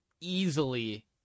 easily